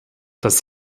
das